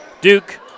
Duke